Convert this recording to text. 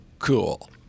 cool